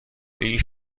این